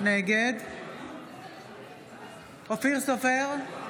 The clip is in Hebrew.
נגד אופיר סופר,